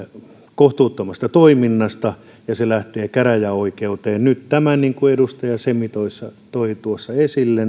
kohtuuttomasta toiminnasta ja se lähtee käräjäoikeuteen niin kuin edustaja semi toi toi tuossa esille